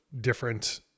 different